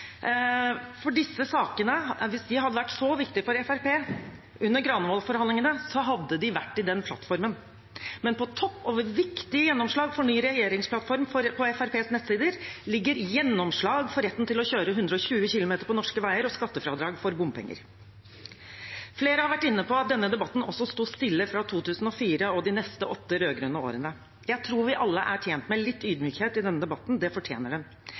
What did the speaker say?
For hvis disse sakene hadde vært så viktige for Fremskrittspartiet under Granavolden-forhandlingene, hadde de vært i den plattformen. Men på topp over viktige gjennomslag for ny regjeringsplattform på Fremskrittspartiets nettsider ligger gjennomslag for retten til å kjøre i 120 km på norske veier og skattefradrag for bompenger. Flere har vært inne på at denne debatten også sto stille fra 2004 og de neste åtte, rød-grønne årene. Jeg tror vi alle er tjent med litt ydmykhet i denne debatten – det fortjener den.